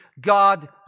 God